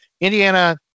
Indiana